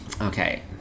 okay